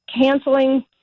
canceling